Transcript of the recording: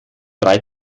drei